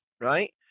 right